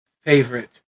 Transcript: favorite